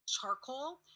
charcoal